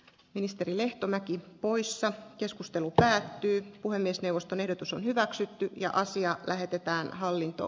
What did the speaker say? ministeri lehtomäki poissa keskustelu päättyi puhemiesneuvoston ehdotus on hyväksytty ja asia lähetetään hallinto